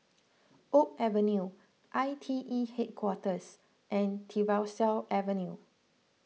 Oak Avenue I T E Headquarters and Tyersall Avenue